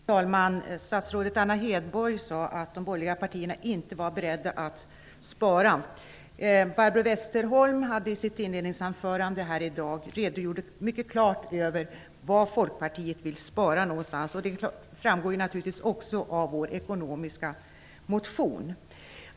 Fru talman! Statsrådet Anna Hedborg sade att de borgerliga partierna inte var beredda att spara. Barbro Westerholm redogjorde i sitt inledningsanförande här i dag mycket klart för var Folkpartiet vill spara någonstans. Det framgår naturligtvis också av vår motion om den ekonomiska politiken.